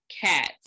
cats